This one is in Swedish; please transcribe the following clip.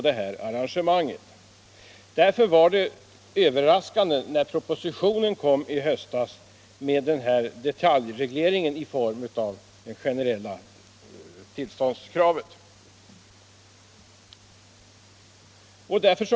Därför var det överraskande när propositionen med detaljreglering i form av generella tillståndskrav lades fram i höstas.